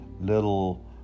little